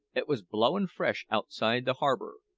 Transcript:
it was blowin' fresh outside the harbour,